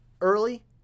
Early